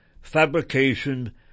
fabrication